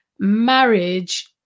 marriage